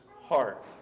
heart